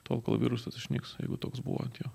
tol kol virusas išnyks jeigu toks buvo ant jo